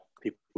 people